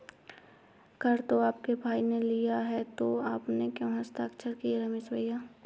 कर तो आपके भाई ने लिया है तो आपने क्यों हस्ताक्षर किए रमेश भैया?